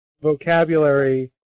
vocabulary